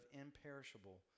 imperishable